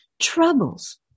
Troubles